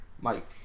Mike